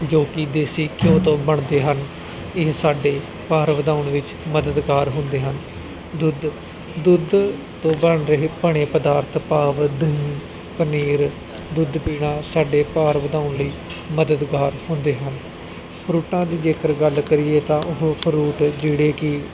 ਜੋ ਕਿ ਦੇਸੀ ਘਿਓ ਤੋਂ ਬਣਦੇ ਹਨ ਇਹ ਸਾਡੇ ਭਾਰ ਵਧਾਉਣ ਵਿੱਚ ਮਦਦਗਾਰ ਹੁੰਦੇ ਹਨ ਦੁੱਧ ਦੁੱਧ ਤੋਂ ਬਣ ਰਹੇ ਬਣੇ ਪਦਾਰਥ ਭਾਵ ਦਹੀਂ ਪਨੀਰ ਦੁੱਧ ਪੀਣਾ ਸਾਡੇ ਭਾਰ ਵਧਾਉਣ ਲਈ ਮਦਦਗਾਰ ਹੁੰਦੇ ਹਨ ਫਰੂਟਾਂ ਦੀ ਜੇਕਰ ਗੱਲ ਕਰੀਏ ਤਾਂ ਉਹ ਫਰੂਟ ਜਿਹੜੇ ਕਿ